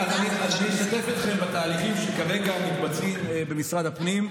אז אני אשתף אתכם בתהליכים שכרגע מתבצעים במשרד הפנים.